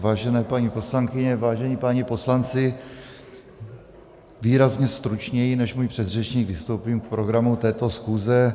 Vážené paní poslankyně, vážení páni poslanci, výrazně stručněji než můj předřečník vystoupím k programu této schůze.